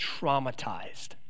traumatized